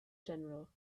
general